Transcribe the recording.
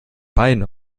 beiden